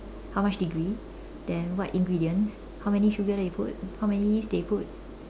how much degree then what ingredients how many sugar that you put how many yeast they put